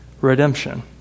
redemption